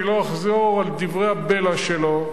אני לא אחזור על דברי הבלע שלו,